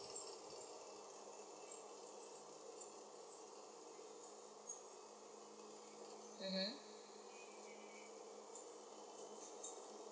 mmhmm